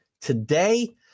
today